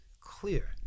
clear